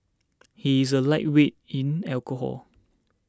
he is a lightweight in alcohol